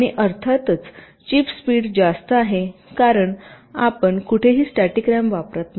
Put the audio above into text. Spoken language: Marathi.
आणिअर्थातच चिप स्पीड जास्त आहे कारण आपण कुठेही स्टॅटिक रॅम वापरत नाही